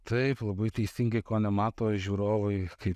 taip labai teisingai ko nemato žiūrovai kaip